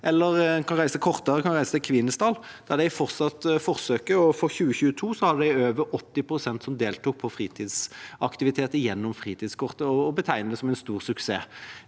kortere, en kan reise til Kvinesdal, der de har fortsatt forsøket. I 2022 hadde de over 80 pst. som deltok på fritidsaktiviteter gjennom fritidskortet, og de betegner det som en stor suksess.